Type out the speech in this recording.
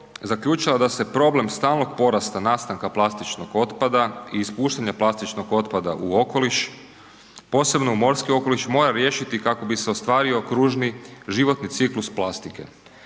zaključilo da se problem stalnog porasta nastanka plastičnog otpada i ispuštanja plastičnog otpada u okoliš, posebno u morski okoliš mora riješiti kako bi se ostvario kružni životni ciklus plastike.